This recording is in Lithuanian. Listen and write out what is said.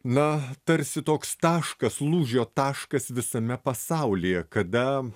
na tarsi toks taškas lūžio taškas visame pasaulyje kada